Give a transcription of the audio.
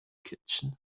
kitchen